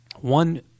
one